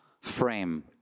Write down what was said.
frame